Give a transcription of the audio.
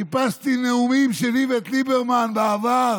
חיפשתי נאומים של איווט ליברמן בעבר